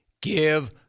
give